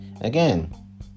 Again